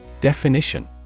Definition